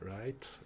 right